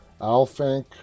Alfink